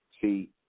See